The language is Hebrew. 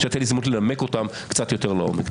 שהייתה לי הזדמנות לנמק אותן קצת יותר לעומק.